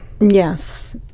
Yes